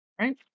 Right